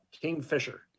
Kingfisher